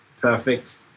Perfect